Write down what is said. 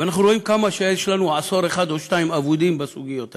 אבל אנחנו רואים שיש לנו עשור אחד או שניים אבודים בסוגיות האלה.